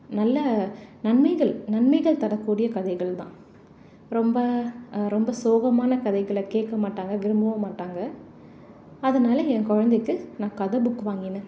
நல்ல நன்மைகள் நன்மைகள் தரக்கூடிய கதைகள் தான் ரொம்ப ரொம்ப சோகமான கதைகளை கேட்க மாட்டாங்க விரும்பவும் மாட்டாங்க அதனால என் குழந்தைக்கு நான் கதை புக் வாங்கினேன்